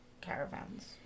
caravans